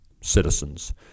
citizens